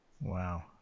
wow